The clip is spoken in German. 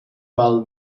mal